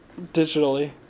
digitally